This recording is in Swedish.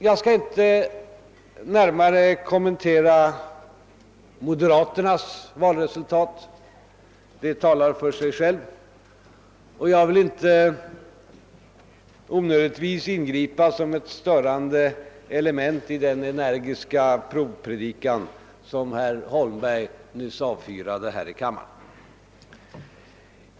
Jag skall här inte närmare kommentera moderata samlingspartiets valresultat. Det talar för sig självt. Och jag vill inte onödigtvis ingripa som ett störande element i den energiska provpredikan som herr Holmberg nyss höll här i kammaren.